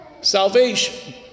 salvation